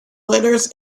winners